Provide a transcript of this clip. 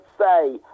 say